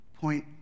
Point